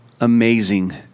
amazing